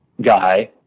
guy